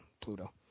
Pluto